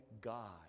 God